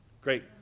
Great